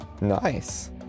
nice